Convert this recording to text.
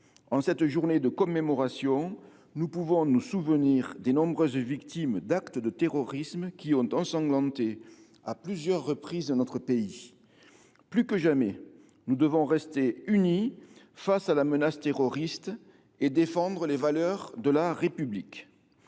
En cette journée de commémoration, nous pouvons nous souvenir des nombreuses victimes des actes de terrorisme qui ont ensanglanté à plusieurs reprises notre pays. Plus que jamais, nous devons rester unis face à cette menace et défendre les valeurs de la République.